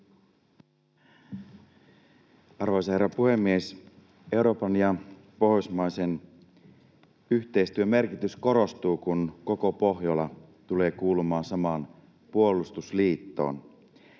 Arvoisa herra puhemies! Euroopan ja pohjoismaisen yhteistyön merkitys korostuu, kun koko Pohjola tulee kuulumaan samaan puolustusliittoon.